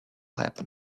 happen